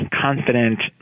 confident